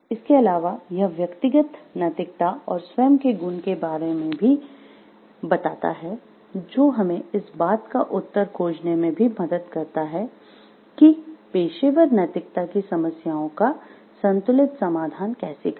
इसके अलावा यह व्यक्तिगत नैतिकता और स्वयं के गुण के बारे में भी बताता है जो हमें इस बात का उत्तर खोजने में भी मदद करता है कि पेशेवर नैतिकता की समस्याओं का संतुलित समाधान कैसे करें